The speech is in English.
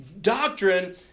Doctrine